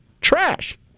Trash